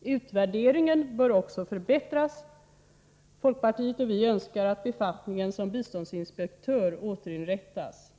Utvärderingen bör också förbättras. Folkpartiet och vi önskar att befattningen som biståndsinspektör återinrättas.